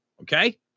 Okay